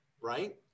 right